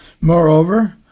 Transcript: Moreover